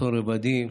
אסון רבדים,